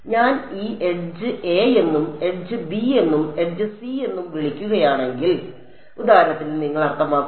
ഞാൻ ഈ edge A എന്നും എഡ്ജ് ബി എന്നും എഡ്ജ് സി എന്നും വിളിക്കുകയാണെങ്കിൽ ഉദാഹരണത്തിന് നിങ്ങൾ അർത്ഥമാക്കുന്നത്